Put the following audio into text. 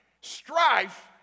Strife